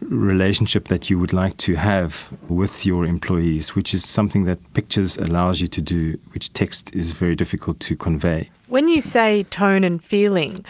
relationship that you would like to have with your employees, which is something that pictures allows you to do, which text is very difficult to convey. when you say tone and feeling,